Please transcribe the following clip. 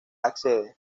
accede